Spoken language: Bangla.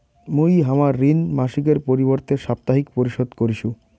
মুই হামার ঋণ মাসিকের পরিবর্তে সাপ্তাহিক পরিশোধ করিসু